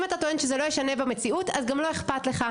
אם אתה טוען שזה לא ישנה במציאות אז גם לא אכפת לך.